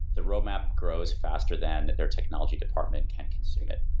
the roadmap grows faster than their technology department can consume it.